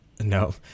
No